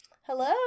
Hello